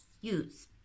use